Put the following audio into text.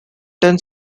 ten